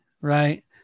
Right